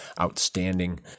outstanding